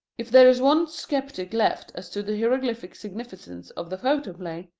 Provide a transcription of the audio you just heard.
if there is one sceptic left as to the hieroglyphic significance of the photoplay,